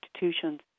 institutions